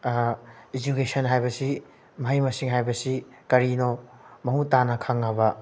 education ꯍꯥꯏꯕꯁꯤ ꯃꯍꯩ ꯃꯁꯤꯡ ꯍꯥꯏꯕꯗꯨ ꯀꯔꯤꯅꯣ ꯃꯃꯨꯠ ꯇꯥꯅ ꯈꯪꯉꯕ